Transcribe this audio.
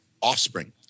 Offspring